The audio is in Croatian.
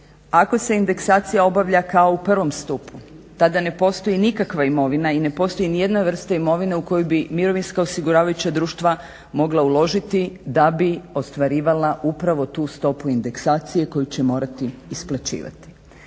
Ako se indeksacija obavlja kao u prvom stupu tada ne postoji nikakva imovina i ne postoji nijedna vrsta imovine u kojoj bi mirovinska osiguravajuća društva mogla uložiti da bi ostvarivala upravo tu stopu indeksacije koju će morati isplaćivati.